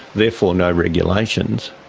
therefore no regulations.